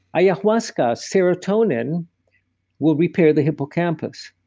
ayahuasca, serotonin will repair the hippocampus.